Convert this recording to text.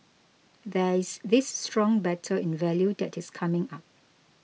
there is this strong battle in value that is coming up